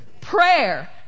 Prayer